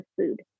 food